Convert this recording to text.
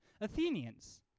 Athenians